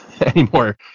anymore